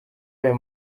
ayo